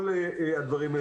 כל הדברים האלה.